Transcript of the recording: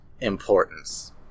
Importance